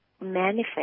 manifest